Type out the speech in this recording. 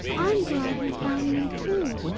i'm glad you found me too.